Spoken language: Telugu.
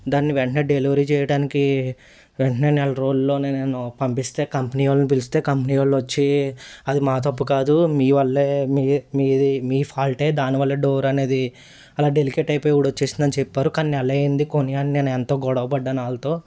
దాన్ని వెంటనే డెలివరీ చేయటానికి వెంటనే నెల రోజుల్లోనే నేను పంపిస్తే కంపెనీ వాళ్ళని పిలిస్తే కంపెనీ వాళ్ళు వచ్చి అది మా తప్పు కాదు మీ వల్లే మీ మీది మీ ఫాల్టే దాని వల్లే డోర్ అనేది అలా డెలికేట్ అయిపోయి ఊడొచ్చేసింది అని చెప్పారు కానీ నెలే అయింది కొని అని నేను ఎంతో గొడవపడ్డాను వాళ్ళతో